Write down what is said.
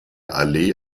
allee